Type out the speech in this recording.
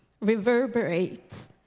reverberates